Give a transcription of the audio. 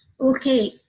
okay